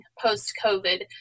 post-COVID